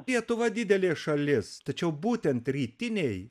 lietuva didelė šalis tačiau būtent rytinėj